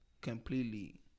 Completely